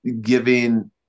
giving